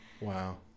Wow